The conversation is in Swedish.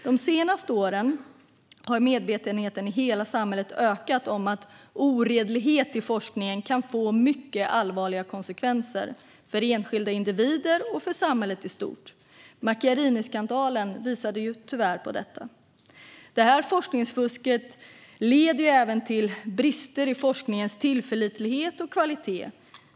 De senaste åren har medvetenheten i hela samhället ökat om att oredlighet i forskning kan få mycket allvarliga konsekvenser för enskilda individer och för samhället i stort. Macchiariniskandalen visade på detta. Detta forskningsfusk leder även till brister i forskningens tillförlitlighet och kvalitet.